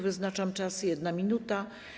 Wyznaczam czas - 1 minuta.